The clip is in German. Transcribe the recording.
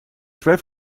schwer